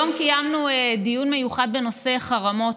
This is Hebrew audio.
היום קיימנו דיון מיוחד בנושא חרמות,